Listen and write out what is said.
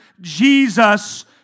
Jesus